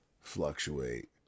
fluctuate